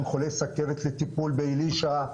חולי סכרת לטיפול באלישע,